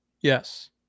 Yes